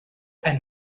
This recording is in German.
ein